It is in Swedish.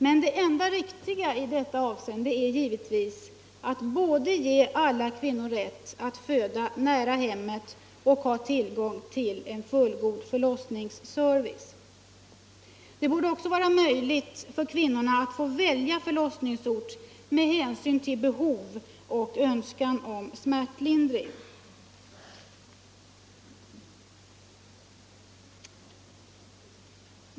Men det enda riktiga i detta avseende vore givetvis att ge alla kvinnor både rätt att föda nära hemmet och tillgång till en fullgod förlossningsservice. Det borde också vara möjligt för kvinnorna att välja förlossningsort med hänsyn till behov och önskan om smärtlindring.